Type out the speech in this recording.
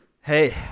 Hey